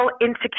insecure